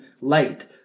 light